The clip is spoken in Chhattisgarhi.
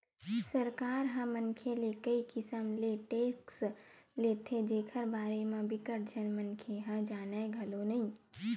सरकार ह मनखे ले कई किसम ले टेक्स लेथे जेखर बारे म बिकट झन मनखे ह जानय घलो नइ